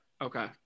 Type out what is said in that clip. Okay